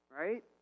right